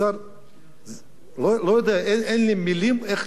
לא יודע, אין לי מלים איך להסביר את התופעה.